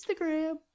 Instagram